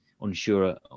unsure